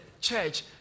church